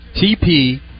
TP